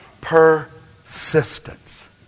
Persistence